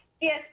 Yes